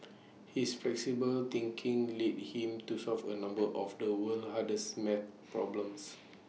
his flexible thinking lead him to solve A number of the world's hardest maths problems